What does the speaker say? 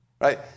Right